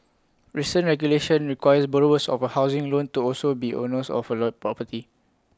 recent regulation requires borrowers of A housing loan to also be owners of alert property